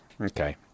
Okay